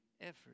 effort